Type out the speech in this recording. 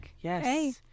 Yes